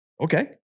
Okay